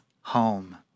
home